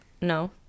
No